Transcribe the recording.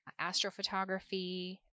astrophotography